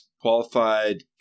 qualified